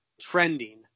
trending